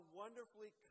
wonderfully